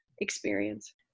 experience